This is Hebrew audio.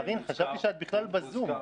קארין, חשבתי שאת בכלל בזום.